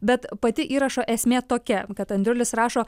bet pati įrašo esmė tokia kad andriulis rašo